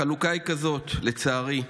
החלוקה היא כזאת, לצערי: